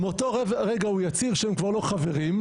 מאותו רגע הוא יצהיר שהם כבר לא חברים,